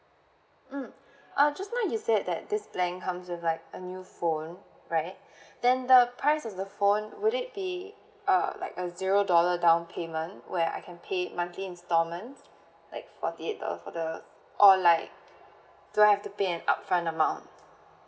mm uh just now you said that this plan comes with like a new phone right then the price of the phone will it be uh like a zero dollar down payment where I can pay monthly instalments like forty eight dollar for the or like do I have to pay an upfront amount